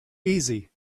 easy